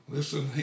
Listen